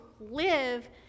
live